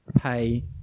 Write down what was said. Pay